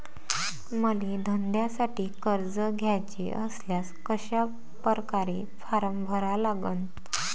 मले धंद्यासाठी कर्ज घ्याचे असल्यास कशा परकारे फारम भरा लागन?